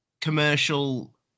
commercial